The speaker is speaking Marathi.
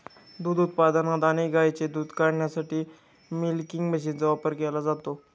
दूध उत्पादनात अनेक गायींचे दूध काढण्यासाठी मिल्किंग मशीनचा वापर केला जातो